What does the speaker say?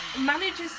manages